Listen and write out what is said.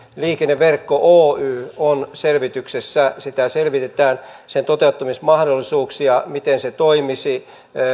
liikenneverkko oy on selvityksessä selvitetään sen toteuttamismahdollisuuksia miten se toimisi